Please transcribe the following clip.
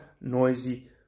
noisy